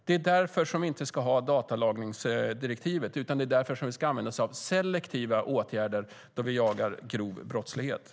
Det är därför som vi inte ska ha datalagringsdirektivet, och det är därför som vi ska använda oss av selektiva åtgärder då vi jagar grova brottslingar.